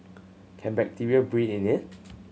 can bacteria breed in it